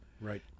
Right